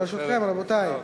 ברשותכם, רבותי.